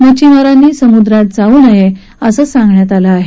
मच्छिमारांनी समुद्रात जाऊ नये असं सांगण्यात आलं आहे